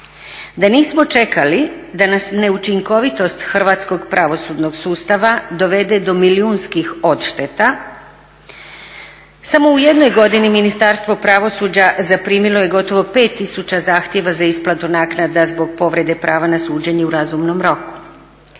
da nismo čekali da nas neučinkovitost hrvatskog pravosudnog sustava dovede do milijunskih odšteta. Samo u jednoj godini Ministarstvo pravosuđa zaprimilo je gotovo 5 tisuća zahtjeva za isplatu naknadu zbog povrede prava na suđenje u razumnom roku.